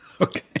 Okay